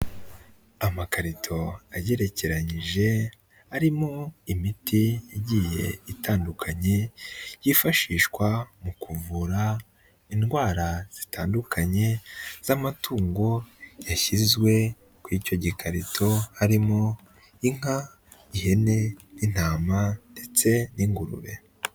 Amakarito agerekeranyije arimo imiti igiye itandukanye yifashishwa mu kuvura indwara zitandukanye z'amatungo yashyizwe ku icyo gikarito harimo: inka, ihene, intama ndetse n'ingurube.